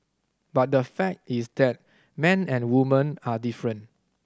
but the fact is that men and women are different